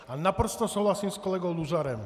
A naprosto souhlasím s kolegou Luzarem.